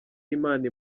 imana